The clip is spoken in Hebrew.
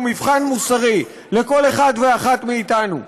הוא מבחן מוסרי לכל אחד ואחת מאתנו,